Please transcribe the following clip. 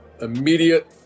immediate